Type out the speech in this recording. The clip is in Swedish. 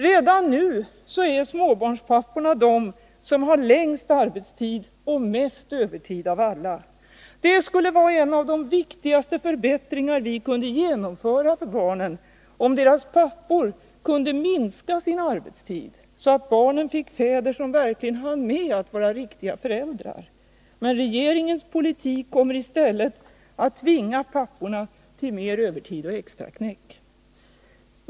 Redan nu är småbarnspapporna de som har längst arbetstid och mest övertid av alla. Det skulle vara en av de viktigaste förbättringar vi kunde genomföra för barnen om deras pappor kunde minska sin arbetstid så att barnen fick fäder som verkligen hann med att vara riktiga föräldrar. Men regeringens politik kommer i stället att tvinga papporna till mer övertid och extraknäck.